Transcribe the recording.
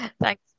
thanks